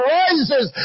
rises